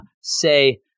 say